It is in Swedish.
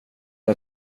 jag